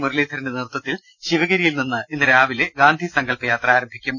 മുരളീധരന്റെ നേതൃത്വത്തിൽ ശിവഗിരിയിൽ നിന്ന് രാവിലെ ഗാന്ധി സങ്കല്പ യാത്ര ആരംഭിക്കും